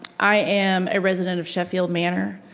i am a resident of sheffield manor.